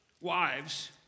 wives